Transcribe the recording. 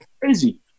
crazy